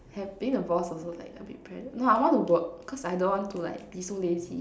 have being a boss also like a bit no I want to work cause I don't want to like be so lazy